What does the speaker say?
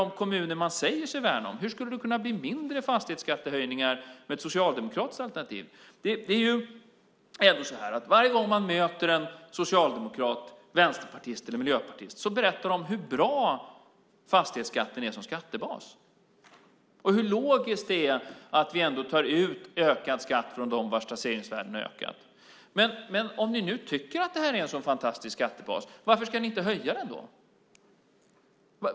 Men hur skulle det kunna bli mindre fastighetsskattehöjningar med ett socialdemokratiskt alternativ i de kommuner som man säger sig värna om? Varje gång man möter socialdemokrater, vänsterpartister eller miljöpartister berättar de om hur bra fastighetsskatten är som skattebas och hur logiskt det är att vi tar ut ökad skatt från dem vars taxeringsvärden ökat. Om ni nu tycker att det är en så fantastisk skattebas, varför ska ni då inte höja den skatten?